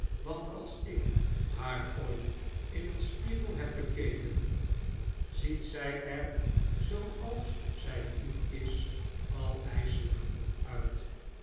want als ik haar ooit in een spiegel heb bekeken ziet zij er zooals zij nu is al ijselijk genoeg uit